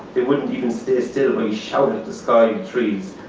they wouldn't even stay still when he shouted at the sky and trees.